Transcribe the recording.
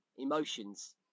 emotions